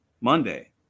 monday